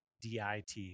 DIT